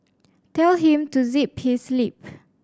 tell him to zip his lip